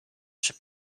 czy